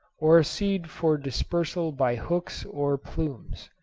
or a seed for dispersal by hooks or plumes.